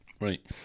right